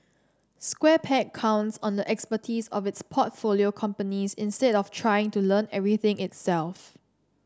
Square Peg counts on the expertise of its portfolio companies instead of trying to learn everything itself